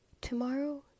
Tomorrow